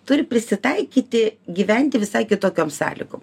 turi prisitaikyti gyventi visai kitokiom sąlygom